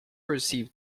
received